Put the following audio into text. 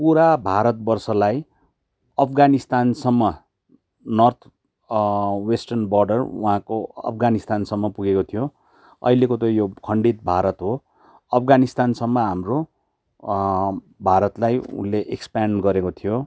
पुरा भारतवर्षलाई अफ्गानिस्तानसम्म नर्थ वेस्टर्न बर्डर वहाँको अफ्गानिस्तानसम्म पुगेको थियो अहिलेको त यो खण्डित भारत हो अफ्गानिस्तानसम्म हाम्रो भारतलाई उसले एक्सप्यान्ड गरेको थियो